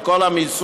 את כל המיסוי,